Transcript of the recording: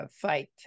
fight